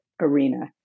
arena